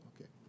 Okay